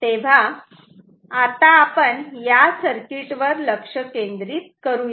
तेव्हा आता आपण या सर्किटवर लक्ष केंद्रित करूयात